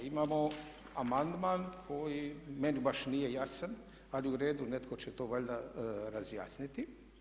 Imamo amandman koji meni baš nije jasan ali u redu netko će to valjda razjasniti.